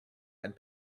and